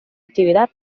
actividad